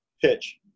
pitch